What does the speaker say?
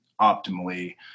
optimally